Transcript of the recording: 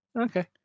Okay